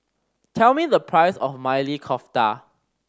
tell me the price of Maili Kofta